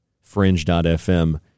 fringe.fm